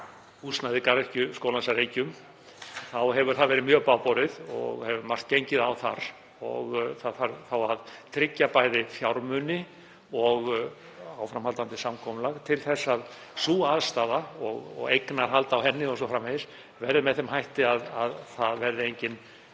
húsnæði Garðyrkjuskólans að Reykjum, þá hefur það verið mjög bágborið og hefur margt gengið á þar. Það þarf að tryggja bæði fjármuni og áframhaldandi samkomulag til að sú aðstaða og eignarhald á henni o.s.frv. verði með þeim hætti að engin